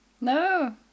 no